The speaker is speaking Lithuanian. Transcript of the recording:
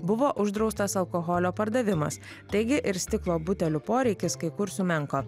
buvo uždraustas alkoholio pardavimas taigi ir stiklo butelių poreikis kai kur sumenko